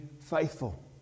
faithful